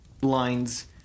lines